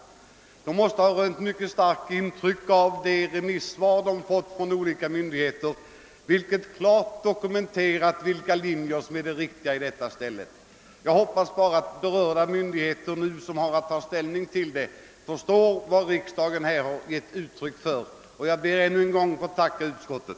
Utskottet måste ha rönt mycket starkt intryck av de remissvar man erhållit från olika myndigheter, vilka klart dokumenterat vilka linjer som är de riktiga. Jag hoppas bara att de myndigheter, som nu skall ta ställning till frågan, förstår det önskemål som riksdagen har uttryckt. Jag ber ännu en gång att få tacka utskottet.